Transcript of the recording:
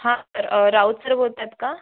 हां राऊत सर बोलत आहेत का